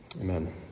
Amen